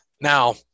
Now